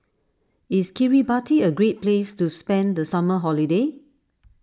is Kiribati a great place to spend the summer holiday